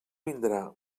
vindrà